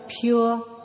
pure